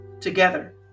Together